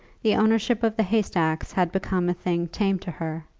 the ownership of the haystacks had become a thing tame to her,